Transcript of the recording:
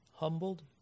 Humbled